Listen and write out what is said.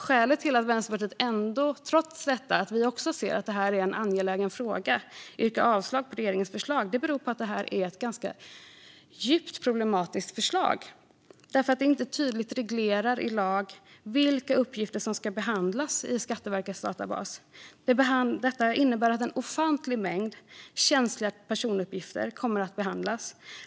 Skälet till att Vänsterpartiet ändå, trots att vi också ser att det här är en angelägen fråga, yrkar avslag på regeringens förslag är att det här är ett djupt problematiskt förslag eftersom det inte tydligt reglerar i lag vilka uppgifter som ska behandlas i Skatteverkets databas. Detta innebär att en ofantlig mängd känsliga personuppgifter kommer att behandlas.